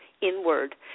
inward